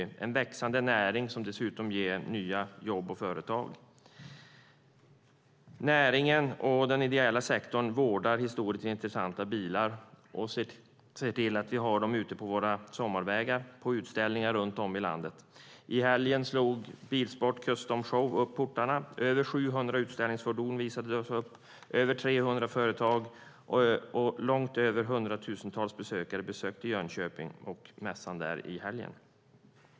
Det är en växande näring som dessutom ger nya jobb och företag. Näringen och den ideella sektorn vårdar historiskt intressanta bilar och ser till att vi har dem ute på våra sommarvägar och på utställningar runt om i landet. I helgen slog Bilsport Performance & Custom Motor Show upp portarna. Över 700 utställningsfordon visades upp. Det var över 300 företag och långt över hundratusentals besökare som var på mässan i Jönköping i helgen.